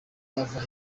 yava